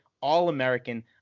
All-American